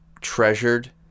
treasured